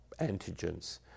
antigens